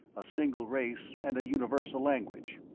a single race, and a universal language.